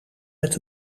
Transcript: met